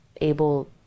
able